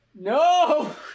No